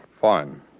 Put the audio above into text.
Fine